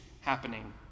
happening